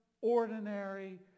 ordinary